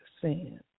sin